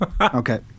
okay